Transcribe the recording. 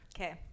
Okay